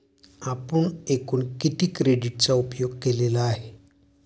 आपण एकूण किती क्रेडिटचा उपयोग केलेला आहे?